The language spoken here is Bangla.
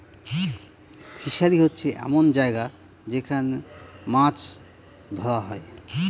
ফিসারী হচ্ছে এমন জায়গা যেখান মাছ ধরা হয়